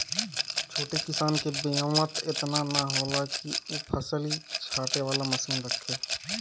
छोट किसान के बेंवत एतना ना होला कि उ फसिल छाँटे वाला मशीन रखे